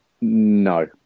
No